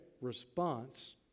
response